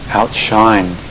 outshine